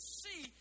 see